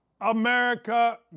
America